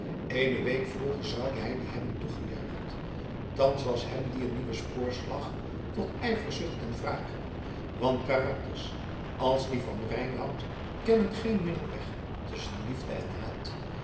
eene week vroeger zoude hij die hebben toegejuicht thans was hem die een nieuwe spoorslag tot ijverzucht en wraak want karakters als die van reinout kennen geen middelweg tusschen liefde en haat